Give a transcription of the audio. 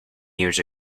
years